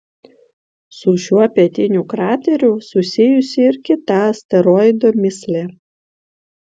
su šiuo pietiniu krateriu susijusi ir kita asteroido mįslė